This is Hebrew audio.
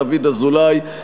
דוד אזולאי,